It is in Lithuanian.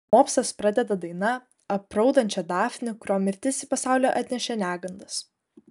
mopsas pradeda daina apraudančia dafnį kurio mirtis į pasaulį atnešė negandas